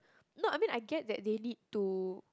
not I mean I get that they need to